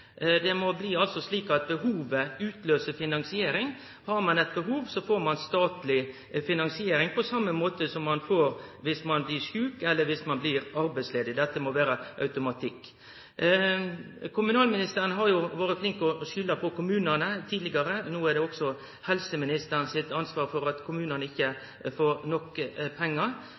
Det må bli slik at behovet utløyser finansiering: Har ein eit behov, så får ein statleg finansiering på same måten som ein får det dersom ein blir sjuk, eller dersom ein blir arbeidsledig. Dette må det vere automatikk i. Kommunalministeren har jo vore flink til å skylde på kommunane tidlegare – no er det også helseministeren sitt ansvar at kommunane ikkje får nok pengar.